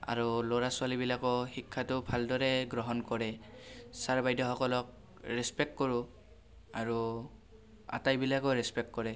আৰু ল'ৰা ছোৱালীবিলাকেও শিক্ষাটো ভালদৰে গ্ৰহণ কৰে ছাৰ বাইদেউসকলক ৰেছপেক্ট কৰোঁ আৰু আটাইবিলাকেও ৰেছপেক্ট কৰে